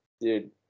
dude